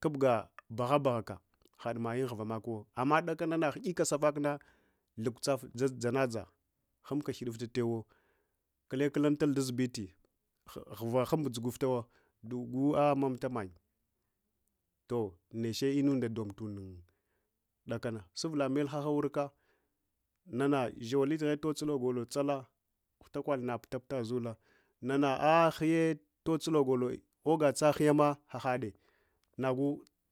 kabga baha bahaka haɗ mayun mhuvamakuwa amma dakana nahu’ika safakna thukusaf dzana dza hambuka ghudu fta tewuwo kule kulanatal ɗunzibiti ghuva hum dzuguftawa dugu ah’ mamta mante toh nech inunda dom tunda dakana sufla melhaha wurka nana shawalidgke to tsula golo dsal gluta kwale naputa puta, nana ah’ huyi tosuv golo oga tsa huyarma hahaɗe nagu